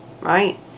right